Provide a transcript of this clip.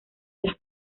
las